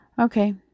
okay